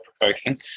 provoking